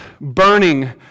burning